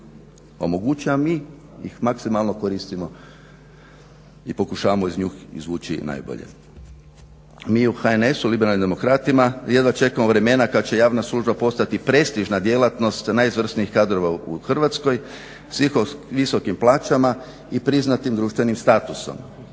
omogući, a mi ih maksimalno koristimo i pokušavamo iz njih izvući najbolje. Mi u HNS-u liberalnim demokratima jedva čekamo vremena kad će javna služba postati prestižna djelatnost najizvrsnijih kadrova u Hrvatskoj, …/Govornik se ne razumije./… visokim plaćama i priznatim društvenim statusom.